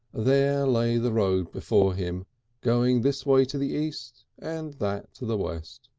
there lay the road before him going this way to the east and that to the west.